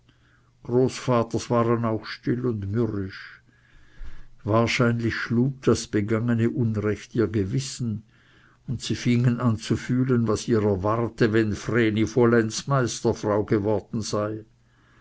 großvaters waren auch still und mürrisch wahrscheinlich schlug das begangene unrecht ihr gewissen und sie fingen an zu fühlen was ihrer warte wenn vreni vollends meisterfrau geworden sei